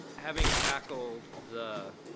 having tackled the